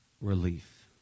relief